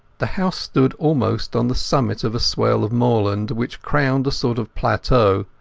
the house stood almost on the summit of a swell of moorland which crowned a sort of plateau,